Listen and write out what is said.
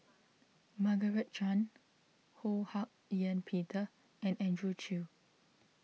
Margaret Chan Ho Hak Ean Peter and Andrew Chew